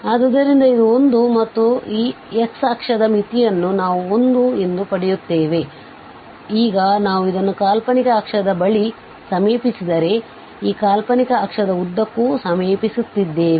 ಆದ್ದರಿಂದ ಇದು 1 ಮತ್ತು ಆದ್ದರಿಂದ ಈ x ಅಕ್ಷದ ಮಿತಿಯನ್ನು ನಾವು 1 ಎಂದು ಪಡೆಯುತ್ತಿದ್ದೇವೆ ಮತ್ತು ಈಗ ನಾವು ಇದನ್ನು ಕಾಲ್ಪನಿಕ ಅಕ್ಷದ ಬಳಿ ಸಮೀಪಿಸಿದರೆ ಈಗ ನಾವು ಈ ಕಾಲ್ಪನಿಕ ಅಕ್ಷದ ಉದ್ದಕ್ಕೂ ಸಮೀಪಿಸುತ್ತಿದ್ದೇವೆ